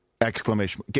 exclamation